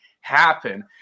happen